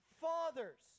fathers